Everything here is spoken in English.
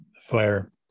fire